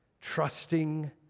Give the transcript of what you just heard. trusting